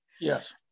Yes